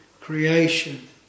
creation